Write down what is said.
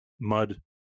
mud